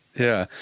yeah.